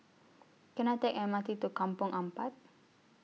Can I Take The M R T to Kampong Ampat